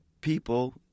people